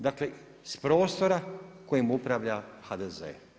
Dakle, s prostora kojom upravlja HDZ.